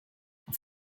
auf